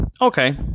Okay